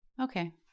okay